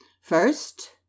first